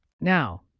Now